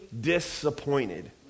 disappointed